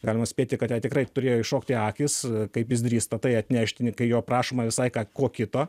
galima spėti kad jai tikrai turėjo iššokti akys kaip jis drįsta tai atnešti kai jo prašoma visai ko kito